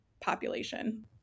population